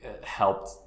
helped